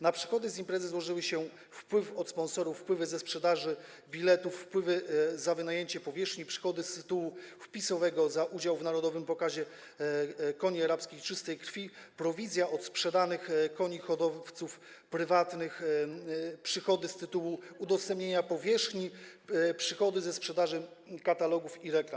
Na przychody z imprezy złożyły się wpływy od sponsorów, ze sprzedaży biletów, z tytułu wynajęcia powierzchni, przychody z tytułu wpisowego za udział w Narodowym Pokazie Koni Arabskich Czystej Krwi, prowizja od sprzedanych koni hodowców prywatnych, przychody z tytułu udostępnienia powierzchni, przychody ze sprzedaży katalogów i reklam.